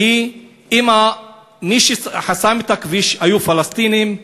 שהיא: אם מי שחסמו את הכביש היו פלסטינים,